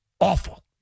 awful